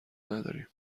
نداریم